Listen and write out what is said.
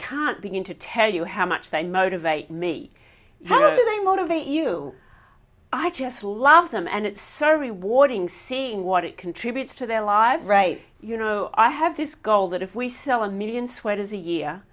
can't begin to tell you how much they motivate me they motivate you i just love them and it serves a warding seeing what it contributes to their lives right you know i have this goal that if we sell a million sweaters a yea